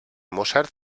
mozart